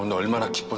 and very much. but